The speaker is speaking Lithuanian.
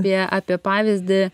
apie apie pavyzdį